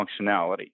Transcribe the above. functionality